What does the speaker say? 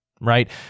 right